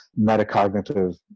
metacognitive